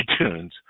iTunes